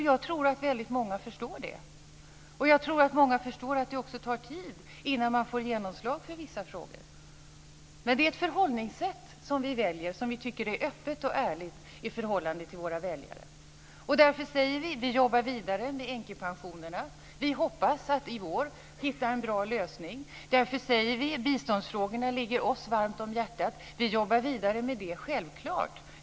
Jag tror att väldigt många förstår det, och jag tror att väldigt många förstår att det också tar tid innan man får genomslag för vissa frågor. Detta är ett förhållningssätt som vi väljer och som vi tycker är öppet och ärligt i förhållande till våra väljare. Därför säger vi: Vi jobbar vidare med änkepensionerna. Vi hoppas att i vår hitta en bra lösning. Därför säger vi: Biståndsfrågorna ligger oss varmt om hjärtat. Vi jobbar vidare med dem. Det är självklart.